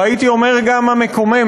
והייתי אומר גם המקוממת,